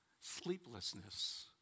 sleeplessness